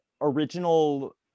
original